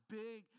big